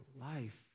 life